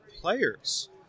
players